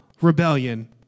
rebellion